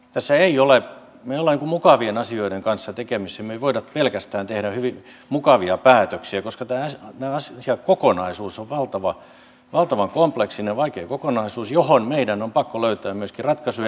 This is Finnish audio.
me emme ole mukavien asioiden kanssa tekemisissä ja me emme voi tehdä pelkästään mukavia päätöksiä koska tämä asiakokonaisuus on valtavan kompleksinen ja vaikea kokonaisuus johon meidän on pakko löytää myöskin ratkaisuja